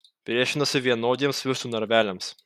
priešinasi vienodiems vištų narveliams